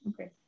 Okay